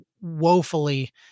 woefully